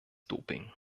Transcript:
doping